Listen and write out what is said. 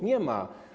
Nie ma.